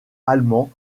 allemands